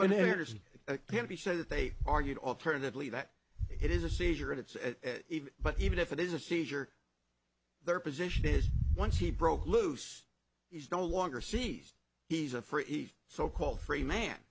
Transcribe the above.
can't be said that they argued alternatively that it is a seizure and it's but even if it is a seizure their position is once he broke loose he's no longer sees he's a free so called free man